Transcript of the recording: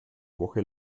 woche